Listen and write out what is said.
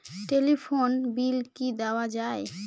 Telephone bill কি দেওয়া যায়?